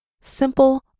simple